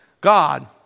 God